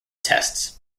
tests